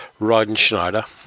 Rydenschneider